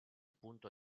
punto